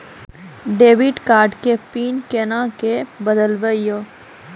Debit card के PIN कोना के बदलबै यो?